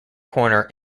corner